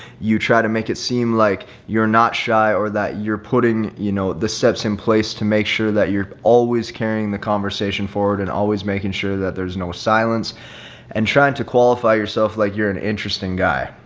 you try to make it seem like you're not shy or that you're putting you know the steps in place to make sure that you're always carrying the conversation forward and always making sure that there's no silence and trying to qualify yourself like you're an interesting guy.